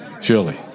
Surely